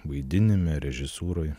vaidinime režisūroje